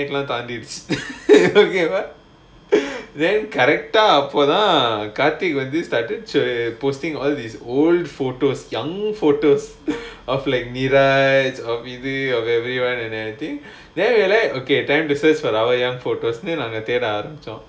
தாண்டிடுச்சு:thaandiduchu then correct ah அப்போ தான்:appo thaan kaarthi வந்து:vandhu posting all his old photos young photos of like and everyone and everything then like that தேட ஆரம்பிச்சோம்:theda aarambichom